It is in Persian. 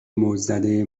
موجزده